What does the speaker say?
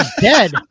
dead